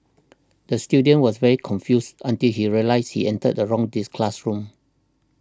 the student was very confused until he realised he entered the wrong diss classroom